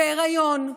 בהיריון,